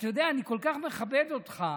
אתה יודע, אני כל כך מכבד אותך,